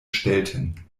stellten